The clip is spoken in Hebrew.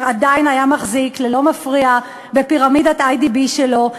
עדיין היה מחזיק ללא מפריע בפירמידת "איי.די.בי" שלו,